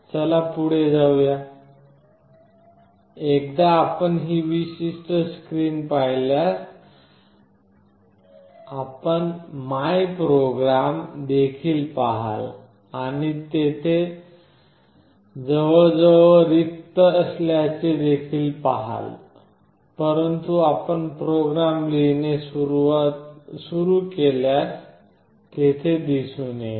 चला पुढे जाऊया एकदा आपण ही विशिष्ट स्क्रीन पाहिल्यास आपण माय प्रोग्राम देखील पहाल आणि आपण ते जवळजवळ रिक्त असल्याचे देखील पहाल परंतु आपण प्रोग्राम लिहिणे सुरू ठेवल्यास ते दिसून येईल